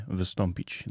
wystąpić